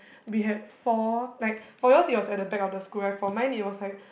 we had four like for yours it was at the back of the school right for mine it was like